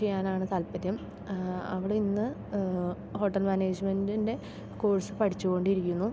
ചെയ്യാനാണ് താല്പര്യം അവളിന്ന് ഹോട്ടൽ മാനേജ്മെൻ്റിൻ്റെ കോഴ്സ് പഠിച്ചു കൊണ്ടിരിക്കുന്നു